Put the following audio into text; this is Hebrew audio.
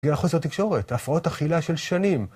ויחס התקשורת, הפרעות החילה של שנים.